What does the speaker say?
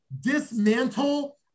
dismantle